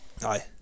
Aye